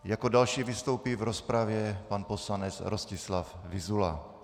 Jako další vystoupí v rozpravě pan poslanec Rostislav Vyzula.